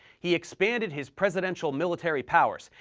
he expanded his presidential military powers,